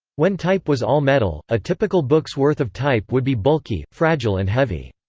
when type was all metal, a typical book's worth of type would be bulky, fragile and heavy.